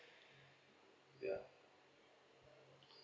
ya